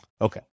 Okay